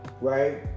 right